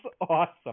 awesome